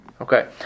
Okay